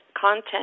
content